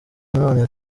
nanone